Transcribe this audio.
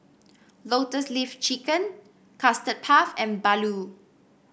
Lotus Leaf Chicken Custard Puff and